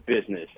business